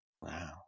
wow